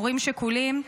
הורים שכולים,